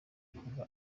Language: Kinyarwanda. ivuga